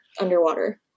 underwater